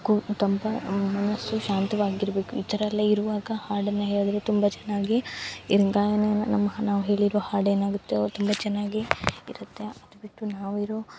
ಕೂ ತಂಪಾ ಮನಸ್ಸು ಶಾಂತವಾಗಿರಬೇಕು ಈ ಥರ ಎಲ್ಲ ಇರುವಾಗ ಹಾಡನ್ನು ಹೇಳಿದ್ರೆ ತುಂಬ ಚೆನ್ನಾಗಿ ಗಾಯನ ನಮ್ಮ ನಾವು ಹೇಳಿರೋ ಹಾಡು ಏನಾಗುತ್ತೆ ತುಂಬ ಚೆನ್ನಾಗಿ ಇರುತ್ತೆ ಅದು ಬಿಟ್ಟು ನಾವು ಇರೋ